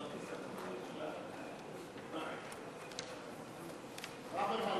ברוורמן,